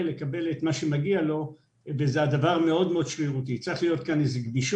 לקבל מה שמגיע לו וזה מאוד שרירותית צריכה להיות פה גמישות,